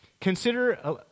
consider